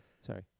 sorry